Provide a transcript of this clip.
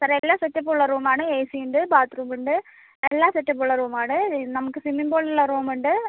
sir എല്ലാ സെറ്റപ്പും ഉള്ള റൂമാണ് എ സി ഉണ്ട് ബാത്ത് റൂം ഉണ്ട് എല്ലാ സെറ്റപ്പും ഉള്ള റൂമാണ് നമുക്ക് സ്വിമ്മിംഗ് പൂളുള്ള റൂമുണ്ട്